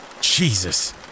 Jesus